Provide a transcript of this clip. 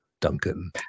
duncan